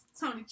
Tony